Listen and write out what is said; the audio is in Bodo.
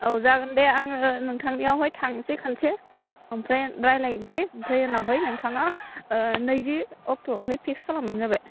औ जागोन दे आङो नोंथांनियावहाय थांसै खनसे ओमफ्राय रायज्लायनसै ओमफ्राय उनावहाय नोंथाङा नैजि अक्ट' आवहाय फिक्स खालामब्लानो जाबाय